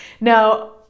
now